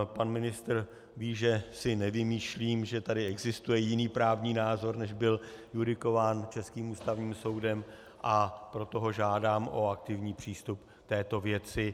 Pan ministr ví, že si nevymýšlím, že tady existuje jiný právní názor, než byl judikován českým Ústavním soudem, a proto ho žádám o aktivní přístup k této věci.